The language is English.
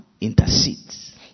intercedes